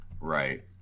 Right